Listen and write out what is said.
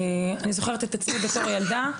אני זוכרת את עצמי בתור ילדה,